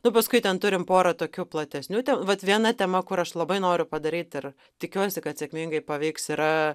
nu paskui ten turim porą tokių platesnių tem vat viena tema kur aš labai noriu padaryt ir tikiuosi kad sėkmingai paveiks yra